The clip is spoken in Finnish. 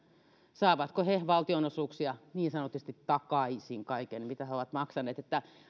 saavatko he valtionosuuksia niin sanotusti takaisin kaiken mitä he ovat maksaneet